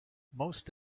most